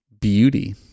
beauty